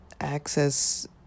access